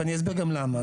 ואני אסביר גם למה.